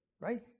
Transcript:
right